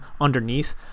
underneath